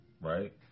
Right